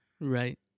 Right